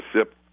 sip